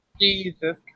Jesus